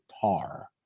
tar